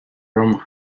rome